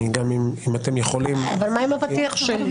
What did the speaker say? אם אתם יכולים --- אבל מה עם הפתיח שלי?